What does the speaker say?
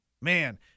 Man